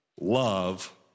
love